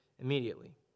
immediately